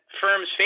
firms